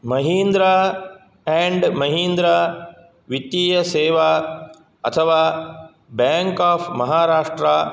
Mahindra and Mahindra वित्तीय सेवा अथवा बैङ्क् आफ् महाराष्ट्र